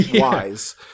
wise